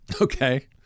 okay